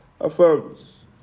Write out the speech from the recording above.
affirms